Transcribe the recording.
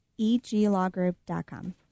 eglawgroup.com